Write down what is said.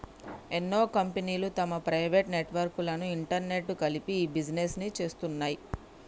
ఎన్నో కంపెనీలు తమ ప్రైవేట్ నెట్వర్క్ లను ఇంటర్నెట్కు కలిపి ఇ బిజినెస్ను చేస్తున్నాయి